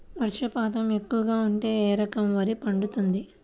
వర్షపాతం ఎక్కువగా ఉంటే ఏ రకం వరి పండుతుంది?